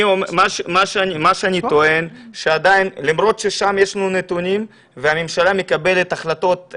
מה שאני טוען שעדיין למרות ששם יש לנו נתונים והממשלה מקבלת החלטות,